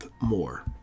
more